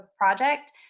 project